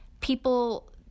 people